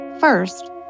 First